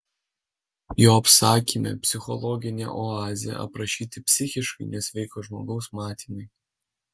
jo apsakyme psichologinė oazė aprašyti psichiškai nesveiko žmogaus matymai